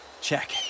check